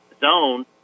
zone